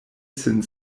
sin